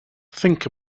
think